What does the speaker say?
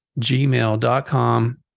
gmail.com